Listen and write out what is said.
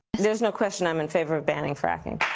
there's no question i'm in favor of banning fracking.